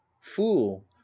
fool